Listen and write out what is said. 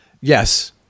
Yes